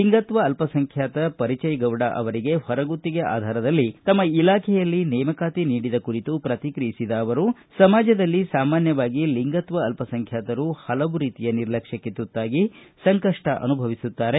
ಲಿಂಗತ್ವ ಅಲ್ಪಸಂಖ್ಠಾತ ಪರಿಚಯ ಗೌಡ ಅವರಿಗೆ ಹೊರಗುತ್ತಿಗೆ ಆಧಾರದಲ್ಲಿ ತಮ್ಮ ಇಲಾಖೆಯಲ್ಲಿ ನೇಮಕಾತಿ ನೀಡಿದ ಕುರಿತು ಪ್ರತಿಕ್ರಿಯಿಸಿದ ಅವರು ಸಮಾಜದಲ್ಲಿ ಸಾಮಾನ್ಯವಾಗಿ ಲಿಂಗತ್ವ ಅಲ್ಪಸಂಖ್ಯಾತರು ಪಲವು ರೀತಿಯ ನಿರ್ಲಕ್ಷಕ್ಕ ತುತ್ತಾಗಿ ಸಂಕಷ್ಟ ಅನುಭವಿಸುತ್ತಾರೆ